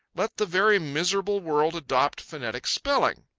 let the very miserable world adopt phonetic spelling.